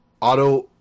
Auto